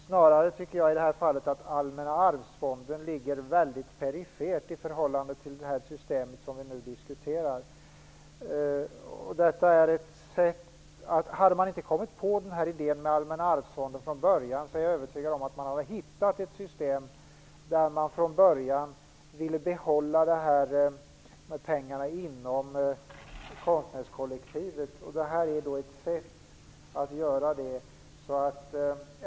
Snarare tycker jag i det här fallet att Allmänna arvsfonden ligger väldigt perifert i förhållande till det system som vi nu diskuterar. Hade man inte kommit på den här idén med Allmänna arvsfonden från början är jag övertygad om att man hade hittat ett system där man från början ville behålla pengarna inom konstnärskollektivet. Det här är ett sätt att göra det.